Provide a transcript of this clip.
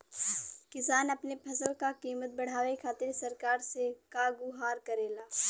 किसान अपने फसल क कीमत बढ़ावे खातिर सरकार से का गुहार करेला?